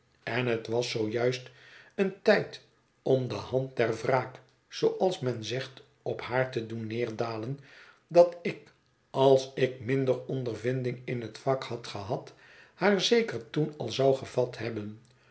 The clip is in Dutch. en het was zoo juist een tijd om de hand der wraak zooals men zegt op haar te doen neerdalen dat ik als ik minder ondervinding in het vak had gehad haar zeker toen al zou gevat hebben